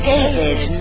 David